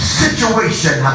situation